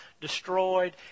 destroyed